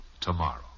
tomorrow